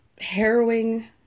harrowing